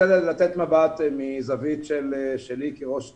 אני רוצה לתת מבט מזווית שלי כראש עיר.